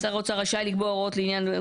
"שר האוצר רשאי לקבוע הוראות לעניין...